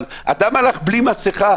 אבל אדם הלך בלי מסכה.